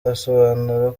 asobanura